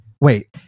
Wait